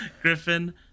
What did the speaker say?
griffin